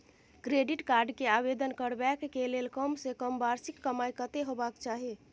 Credit card के आवेदन करबैक के लेल कम से कम वार्षिक कमाई कत्ते होबाक चाही?